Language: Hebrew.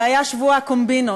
זה היה שבוע הקומבינות.